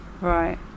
Right